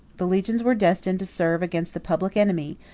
the legions were destined to serve against the public enemy,